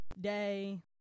day